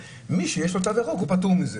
ומי שיש לו תו ירוק פטור מזה.